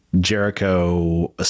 Jericho